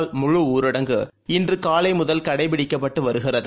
தமிழகத்தில் முழுஊரடங்கு இன்றுகாலைமுதல் கடைபிடிக்கப்பட்டுவருகிறது